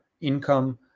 income